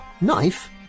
knife